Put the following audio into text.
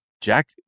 Jack